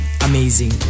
amazing